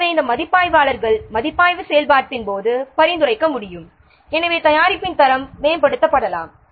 எனவே இந்த மதிப்பாய்வாளர்கள் மதிப்பாய்வு செயல்பாட்டின் போது பரிந்துரைக்க முடியும் எனவே தயாரிப்பின் தரம் மேம்படுத்தப்படலாம்